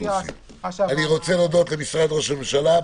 אני רוצה להודות למשרד ראש הממשלה.